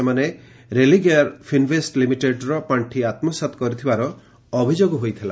ସେମାନେ Religare Finvest ଲିମିଟେଡ୍ର ପାଖି ଆତୁସାତ କରିଥିବାର ଅଭିଯୋଗ ହୋଇଥିଲା